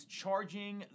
charging